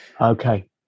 Okay